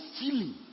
feeling